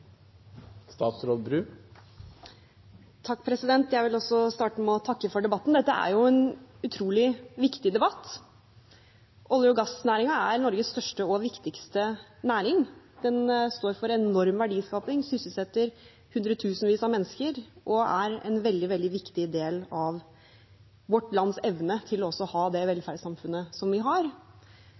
en utrolig viktig debatt. Olje- og gassnæringen er Norges største og viktigste næring. Den står for enorm verdiskapning, sysselsetter hundretusenvis av mennesker og er en veldig, veldig viktig del av vårt lands evne til å ha det velferdssamfunnet som vi har.